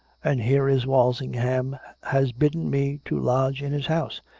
and here is walsingham has bidden me to lodge in his house,